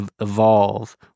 evolve